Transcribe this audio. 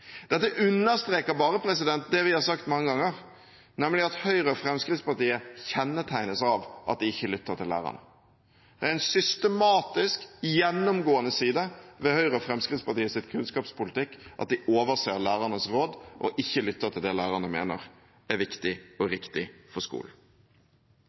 Dette understreker bare det vi har sagt mange ganger, nemlig at Høyre og Fremskrittspartiet kjennetegnes av at de ikke lytter til lærerne. Det er en systematisk gjennomgående side ved Høyre og Fremskrittspartiets kunnskapspolitikk at de overser lærernes råd og ikke lytter til det lærerne mener er viktig og